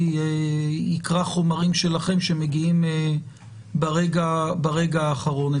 יקרא חומרים שלכם שמגיעים ברגע האחרון.